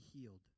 healed